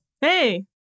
Hey